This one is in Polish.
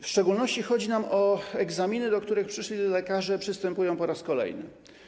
W szczególności chodzi nam o egzaminy, do których przyszli lekarze przystępują po raz kolejny.